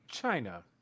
China